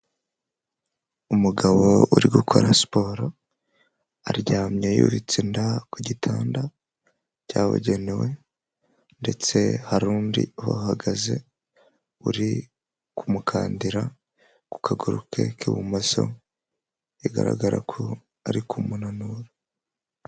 Umugabo uri gukora siporo aryamye yubitse inda ku gitanda cyabugenewe, ndetse hari undi uhahagaze uri kumukandira ku kaguru ke k'ibumoso bigaragara ko ari munanura.